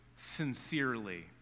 sincerely